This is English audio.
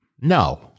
No